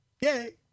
Yay